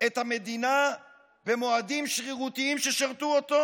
את המדינה במועדים שרירותיים ששירתו אותו.